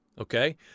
Okay